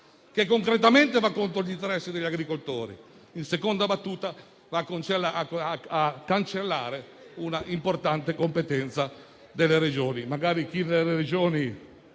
che concretamente va contro gli interessi degli agricoltori e, in seconda battuta, cancella un'importante competenza delle Regioni. Magari chi nelle Regioni